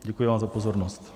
Děkuji vám za pozornost.